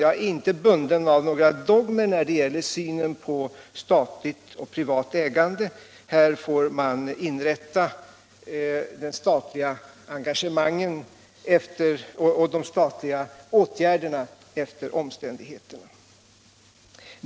Jag är inte bunden av några dogmer när det gäller synen på statligt och privat ägande. Man får inrätta de statliga engagemangen och åtgärderna efter omständigheterna.